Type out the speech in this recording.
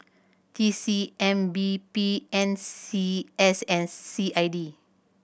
T C M B P N C S and C I D